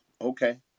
Okay